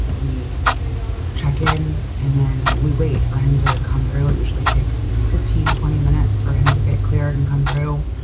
we check in. and then we wait for him to come through. it usually takes fifteen, twenty minutes for him to get cleared and come through.